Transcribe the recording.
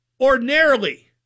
Ordinarily